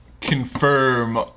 confirm